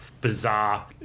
bizarre